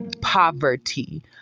poverty